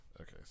Okay